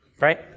Right